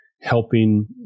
helping